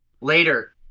later